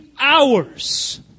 hours